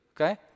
Okay